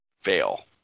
Fail